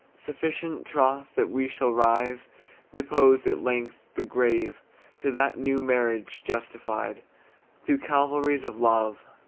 sufficient troth that we shall rise deposed, at length, the grave to that new marriage, justified through calvaries of love!